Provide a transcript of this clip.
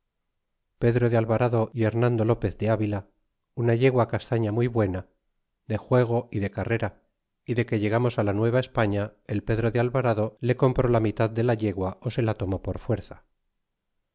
pedro de alvarado y hernando lopez de avila una yegua castaña muy buena de juego y de carrera y de que llegamos la nueva españa el pedro de alvarado le compró la mitad de la yegua ó se la tomó por fuerza